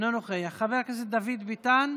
אינו נוכח, חבר הכנסת דוד ביטן.